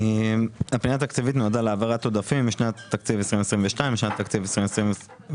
הפנייה התקציבית נועדה להעברת עודפים משנת התקציב 22' לשנת התקציב 23',